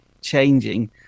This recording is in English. changing